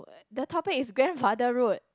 the topic is grandfather road